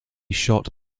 shot